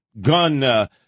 gun